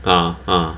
(uh huh)